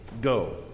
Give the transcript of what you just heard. Go